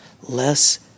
less